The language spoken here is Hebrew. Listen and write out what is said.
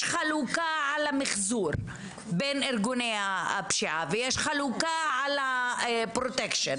חלוקה גיאוגרפית על המחזור בין ארגוני הפשיעה ושיש חלוקה על הפרוטקשן,